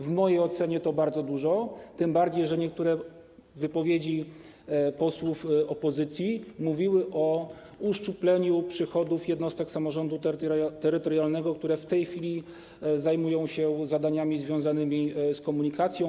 W mojej ocenie to bardzo dużo, tym bardziej że w niektórych wypowiedziach posłowie opozycji mówili o uszczupleniu przychodów jednostek samorządu terytorialnego, które w tej chwili zajmują się zadaniami związanymi z komunikacją.